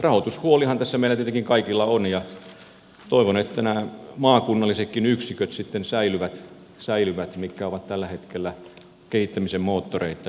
rahoitushuolihan tässä meillä tietenkin kaikilla on ja toivon että säilyvät nämä maakunnallisetkin yksiköt jotka ovat tällä hetkellä kehittämisen moottoreita